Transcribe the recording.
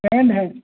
friend हैं